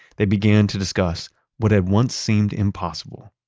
they began to discuss what had once seemed impossible,